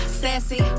sassy